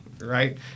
right